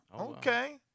Okay